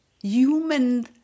human